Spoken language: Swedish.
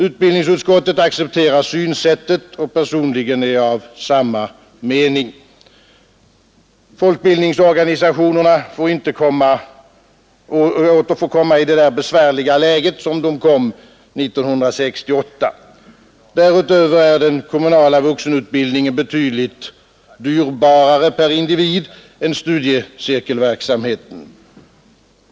Utbildningsutskottet accepterar synsättet, och personligen är jag av samma mening. Folkbildningsorganisationerna får inte komma i det besvärliga läge som de råkade i 1968. Därutöver är den kommunala vuxenutbildningen betydligt dyrbarare per individ än studiecirkelverksamheten.